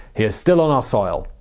he is still on our soil.